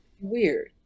Weird